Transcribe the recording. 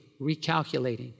recalculating